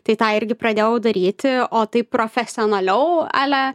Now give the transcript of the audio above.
tai tą irgi pradėjau daryti o taip profesionaliau ale